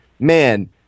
Man